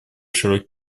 широкий